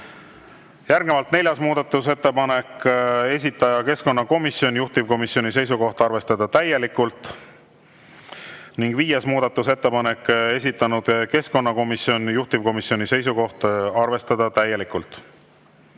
neljas muudatusettepanek, esitaja keskkonnakomisjon, juhtivkomisjoni seisukoht: arvestada täielikult. Ning viies muudatusettepanek, esitanud keskkonnakomisjon, juhtivkomisjoni seisukoht: arvestada täielikult.